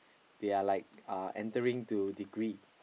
they are like uh entering to degree